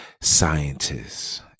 scientists